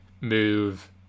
move